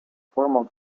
formal